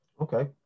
Okay